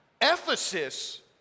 Ephesus